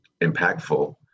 impactful